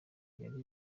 yari